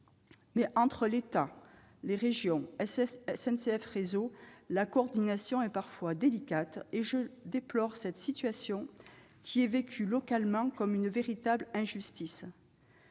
Mais, entre l'État, les régions et SNCF Réseau, la coordination est parfois délicate. Je déplore cette situation, vécue localement comme une véritable injustice.